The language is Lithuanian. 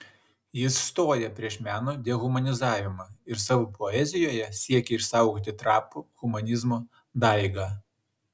jis stoja prieš meno dehumanizavimą ir savo poezijoje siekia išsaugoti trapų humanizmo daigą